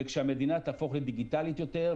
וכשהמדינה תהפוך לדיגיטלית יותר,